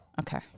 Okay